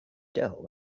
dough